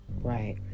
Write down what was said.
Right